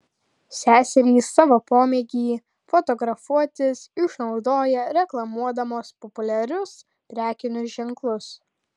seserys savo pomėgį fotografuotis išnaudoja reklamuodamos populiarius prekinius ženklus